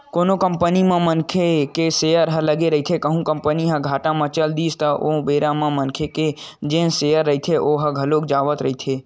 कोनो कंपनी म मनखे के सेयर ह लगे रहिथे कहूं कंपनी ह घाटा म चल दिस ओ बेरा म मनखे के जेन सेयर रहिथे ओहा घलोक जावत रहिथे